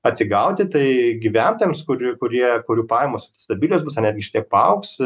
atsigauti tai gyventojams kurių kurie kurių pajamos stabilios bus netgi šiek tiek paaugs